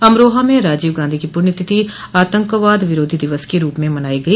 अमरोहा में राजीव गांधी की पुण्यतिथि आतंकवाद विरोधी दिवस के रूप में मनाई गई